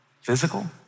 physical